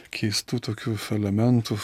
keistų tokių f elementų